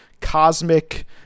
cosmic